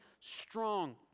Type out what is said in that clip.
strong